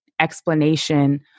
explanation